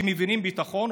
שמבינים ביטחון,